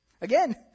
Again